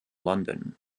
london